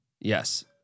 Yes